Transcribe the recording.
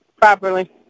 properly